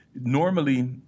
Normally